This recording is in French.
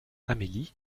amélie